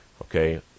Okay